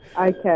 Okay